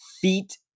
Feet